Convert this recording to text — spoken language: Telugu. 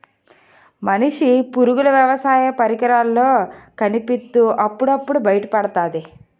మనిషి పరుగులు వ్యవసాయ పరికరాల్లో కనిపిత్తు అప్పుడప్పుడు బయపెడతాది